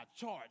charge